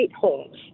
homes